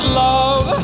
love